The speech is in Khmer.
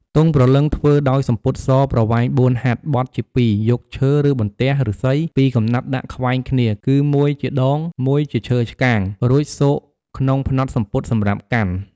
ទង់ព្រលឹងធ្វើដោយសំពត់សប្រវែង ៤ ហត្ថ បត់ជា ២ យកឈើ ឬបន្ទះ ឫស្សី ២ កំណាត់ដាក់ខ្វែងគ្នា គឺមួយជាដង មួយជាឈើឆ្កាង រួចស៊កក្នុងផ្នត់សំពត់សម្រាប់កាន់។